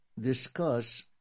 discuss